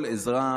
כל אזרח,